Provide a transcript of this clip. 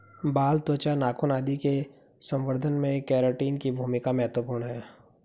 बाल, त्वचा, नाखून आदि के संवर्धन में केराटिन की भूमिका महत्त्वपूर्ण है